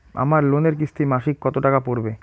আমার লোনের কিস্তি মাসিক কত টাকা পড়বে?